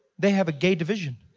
they have a gay division.